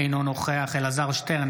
אינו נוכח אלעזר שטרן,